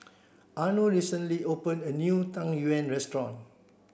Arno recently opened a new Tang Yuen restaurant